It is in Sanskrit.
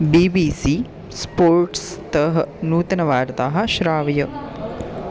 बी बी सी स्पोर्ट्स् तः नूतनवार्ताः श्रावय